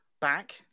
back